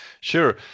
Sure